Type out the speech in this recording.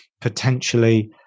potentially